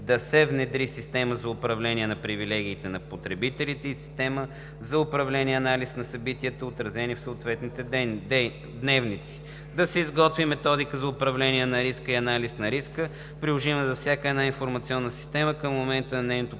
да се внедри Система за управление на привилегиите на потребителите и Система за управление и анализ на събитията, отразени в дневниците; да се изготви Методика за управление на риска и анализ на риска, приложима за всяка една информационна система към момента на нейното